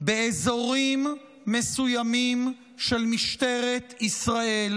באזורים מסוימים של משטרת ישראל